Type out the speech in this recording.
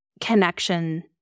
connection